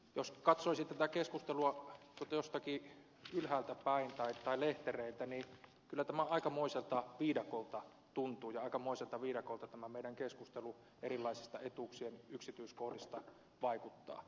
jos katsoisi tätä keskustelua tuolta jostakin ylhäältäpäin tai lehtereiltä niin kyllä tämä aikamoiselta viidakolta tuntuisi ja aikamoiselta viidakolta tämä meidän keskustelumme erilaisista etuuksien yksityiskohdista vaikuttaa